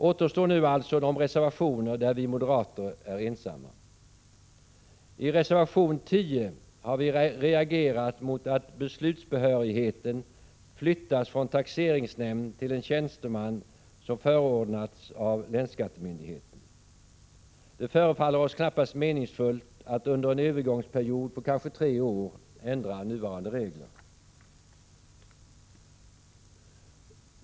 Återstår nu alltså de reservationer där vi moderater är ensamma. I reservation 10 har vi reagerat mot att beslutsbehörigheten flyttas från taxeringsnämnd till en tjänsteman som förordnats av länsskattemyndigheten. Det förefaller oss knappast meningsfullt att under en övergångsperiod på kanske tre år ändra nuvarande regler.